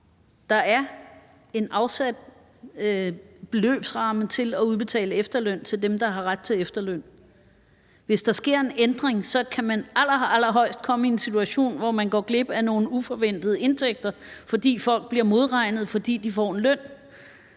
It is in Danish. Der er afsat en beløbsramme til at udbetale efterløn til dem, der har ret til efterløn. Hvis der sker en ændring, kan man allerallerhøjst komme i en situation, hvor man går glip af nogle indtægter, som man ikke havde forventet, fordi folk bliver modregnet, fordi de får en løn.